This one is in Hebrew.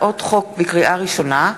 לקריאה ראשונה,